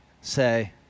say